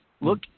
look